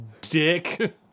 dick